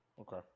okay